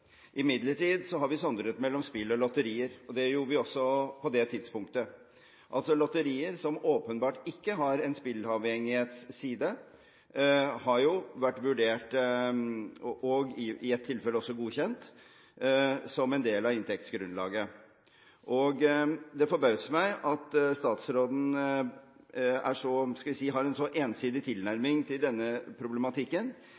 Imidlertid har vi sondret mellom spill og lotterier. Det gjorde vi også på det tidspunktet. Altså: Lotterier som åpenbart ikke har en spilleavhengighetsside, har jo vært vurdert, og i ett tilfelle også godkjent, som en del av inntektsgrunnlaget. Det forbauser meg at statsråden har en så